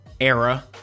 era